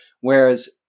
Whereas